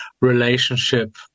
relationship